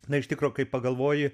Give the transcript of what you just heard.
na iš tikro kai pagalvoji